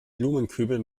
blumenkübel